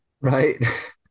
Right